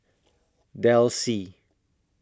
Delsey